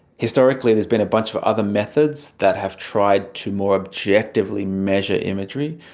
historically there's been a bunch of other methods that have tried to more objectively measure imagery,